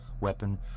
weapon